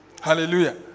Hallelujah